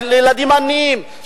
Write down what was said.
על ילדים עניים,